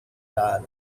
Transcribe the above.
العالم